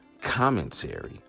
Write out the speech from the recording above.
commentary